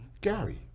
Gary